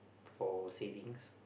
for savings